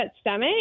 stomach